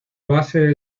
base